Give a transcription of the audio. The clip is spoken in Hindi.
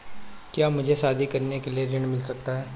क्या मुझे शादी करने के लिए ऋण मिल सकता है?